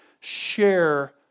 share